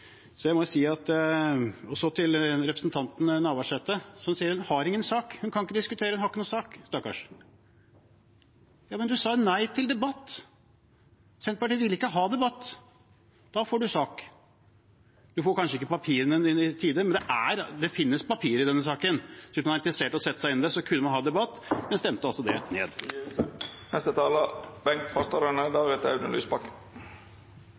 Så til representanten Navarsete, som sier at hun har ingen sak, hun kan ikke diskutere, hun har ikke noen sak, stakkars. Men representanten sa nei til debatt. Senterpartiet ville ikke ha debatt. Da får man sak. Man får kanskje ikke papirene i tide, men det finnes papirer i denne saken. Var man interessert i å sette seg inn i det, kunne man hatt debatt, men man stemte det altså ned. En statsråd må gi visjoner og beskrive de lange linjene i det